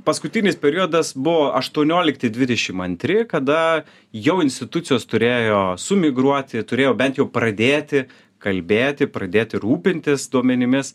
paskutinis periodas buvo aštuoniolikti dvidešim antri kada jau institucijos turėjo sumigruoti turėjo bent jau pradėti kalbėti pradėti rūpintis duomenimis